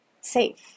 safe